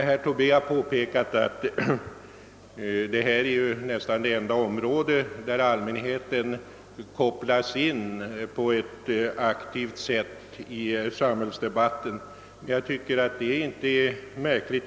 Herr Tobé har påpekat att detta område är nästan det enda där allmänheten aktivt kopplas in i samhällsdebatten. Det är i och för sig inte så märkligt.